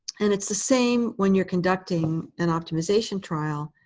and it's the same when you're conducting an optimization trial.